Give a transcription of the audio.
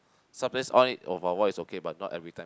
sometimes on it for a while is okay but not everytime